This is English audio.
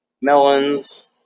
melons